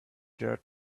dared